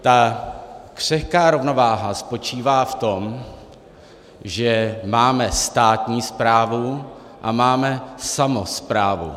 Ta křehká rovnováha spočívá v tom, že máme státní správu a máme samosprávu.